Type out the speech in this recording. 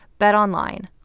BetOnline